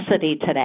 today